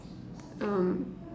um